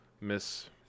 miss